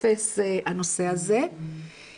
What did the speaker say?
שהנושא הזה קצת מתפספס.